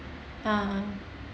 (uh huh)